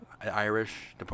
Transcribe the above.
Irish